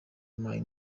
mayi